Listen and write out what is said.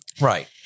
Right